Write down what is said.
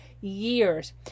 years